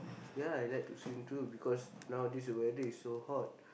ya I like to swim too because nowadays the weather is so hot